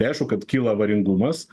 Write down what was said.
tai aišku kad kyla avaringumas